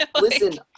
Listen